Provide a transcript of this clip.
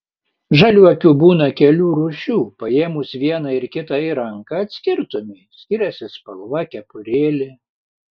žaliuokių būna kelių rūšių paėmus vieną ir kitą į ranką atskirtumei skiriasi spalva kepurėlė